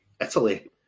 Italy